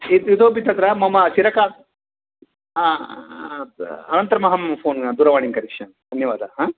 इ इतोपि तत्र मम चिरका अनन्तरमहं फ़ोन् दूरवाणीं करिष्यामि धन्यवादः